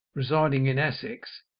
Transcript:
residing in essex,